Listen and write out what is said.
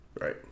Right